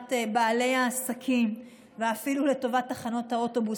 לטובת בעלי העסקים ואפילו לטובת תחנות האוטובוס,